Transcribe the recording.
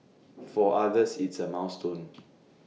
for others it's A milestone